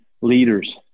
leaders